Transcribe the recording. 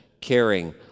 caring